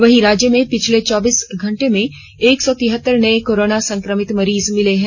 वहीं राज्य में पिछले चौबीस घंटे में एक सौ तिहत्तर नये कोरोना संक्रमित मरीज मिले हैं